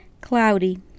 Cloudy